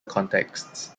contexts